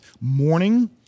morning